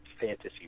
fantasy